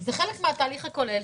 זה חלק מן התהליך הכולל,